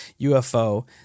UFO